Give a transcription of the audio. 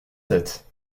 tête